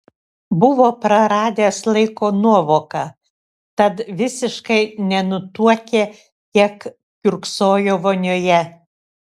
buvo praradęs laiko nuovoką tad visiškai nenutuokė kiek kiurksojo vonioje